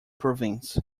province